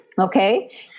Okay